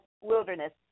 wilderness